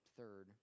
third